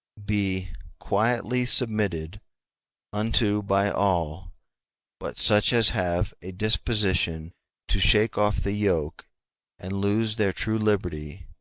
be quietly submitted unto by all but such as have a disposition to shake off the yoke and lose their true liberty,